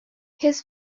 his